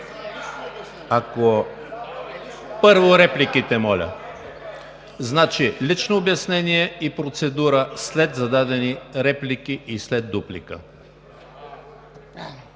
Първо, репликите, моля. Лично обяснение и процедура след зададени реплики и след дуплика.